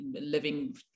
living